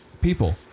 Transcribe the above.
People